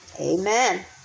Amen